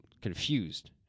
confused